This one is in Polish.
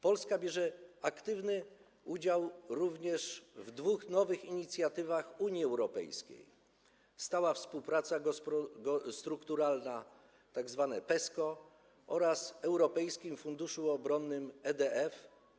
Polska bierze aktywny udział również w dwóch nowych inicjatywach Unii Europejskiej: stałej współpracy strukturalnej, tzw. PESCO, oraz Europejskim Funduszu Obronnym, EDF.